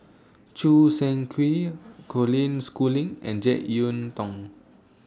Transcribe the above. Choo Seng Quee Colin Schooling and Jek Yeun Thong